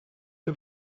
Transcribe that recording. que